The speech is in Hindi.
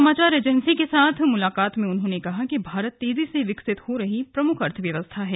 समाचार एजेंसी एएनआई के साथ विशेष मुलाकात में उन्होंने कहा कि भारत तेजी से विकसित हो रही प्रमुख अर्थव्यवस्था है